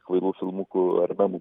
kvailų filmukų ar memų